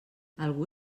algú